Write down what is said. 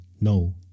no